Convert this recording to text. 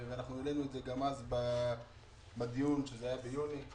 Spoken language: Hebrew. העלינו את זה גם אז בדיון שהיה ביוני.